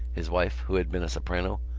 his wife, who had been a soprano,